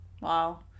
wow